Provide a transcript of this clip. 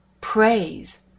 Praise